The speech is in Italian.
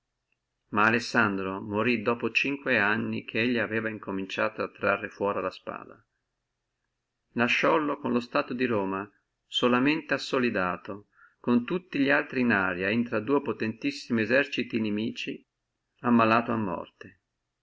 ma alessandro morí dopo cinque anni che elli aveva cominciato a trarre fuora la spada lasciollo con lo stato di romagna solamente assolidato con tutti li altri in aria infra dua potentissimi eserciti inimici e malato a morte